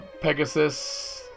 Pegasus